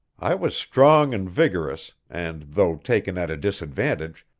i was strong and vigorous, and, though taken at a disadvantage,